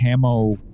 camo